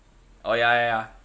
oh ya ya ya